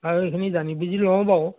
আৰু এইখিনি জানি বুজি লওঁ বাৰু